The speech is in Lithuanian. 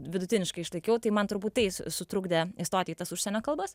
vidutiniškai išlaikiau tai man turbūt tai su sutrukdė įstot į tas užsienio kalbas